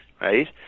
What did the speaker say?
right